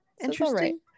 Interesting